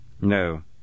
No